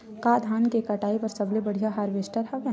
का धान के कटाई बर सबले बढ़िया हारवेस्टर हवय?